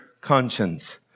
conscience